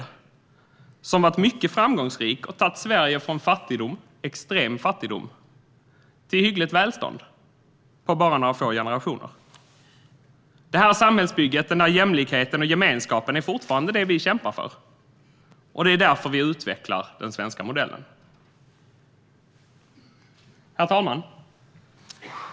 Det har varit mycket framgångsrikt och tagit Sverige från extrem fattigdom till hyggligt välstånd på bara några få generationer. Detta samhällsbygge med jämlikhet och gemenskap kämpar vi fortfarande för. Det är därför vi utvecklar den svenska modellen. Herr talman!